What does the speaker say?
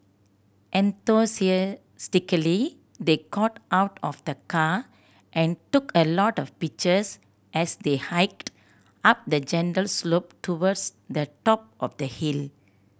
enthusiastically they got out of the car and took a lot of pictures as they hiked up the gentle slope towards the top of the hill